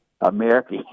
America